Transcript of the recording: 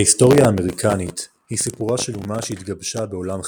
ההיסטוריה האמריקנית היא סיפורה של אומה שהתגבשה ב"עולם חדש"